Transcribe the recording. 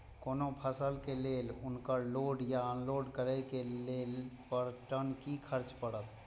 कोनो फसल के लेल उनकर लोड या अनलोड करे के लेल पर टन कि खर्च परत?